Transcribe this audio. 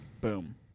Boom